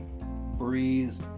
Breeze